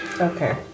Okay